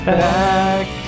back